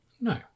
No